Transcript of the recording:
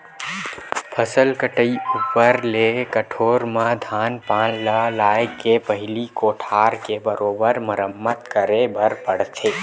फसल कटई ऊपर ले कठोर म धान पान ल लाए के पहिली कोठार के बरोबर मरम्मत करे बर पड़थे